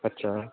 ਅੱਛਾ